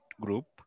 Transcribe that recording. Group